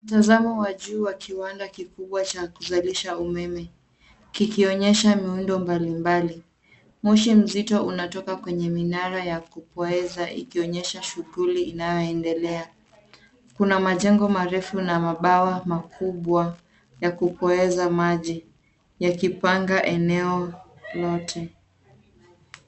Mtazamo wa juu wa kiwanda kikubwa cha kuzalisha umeme kikionyesha miundombinu mbalimbali. Moshi mzito unatoka kwenye minara ya kupoeza ikionyesha shughuli inayoendelea. Kuna majengo marefu na mabwawa makubwa ya kupoeza maji yakipanga eneo lote.